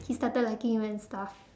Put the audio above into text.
he started liking you and stuff